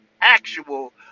actual